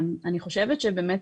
אני חושבת שבאמת,